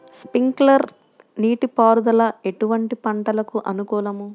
Sprinkler నీటిపారుదల ఎటువంటి పంటలకు అనుకూలము?